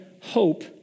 hope